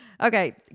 Okay